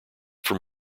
from